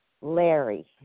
Larry